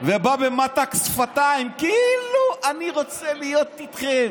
בא במתק שפתיים, כאילו: אני רוצה להיות איתכם.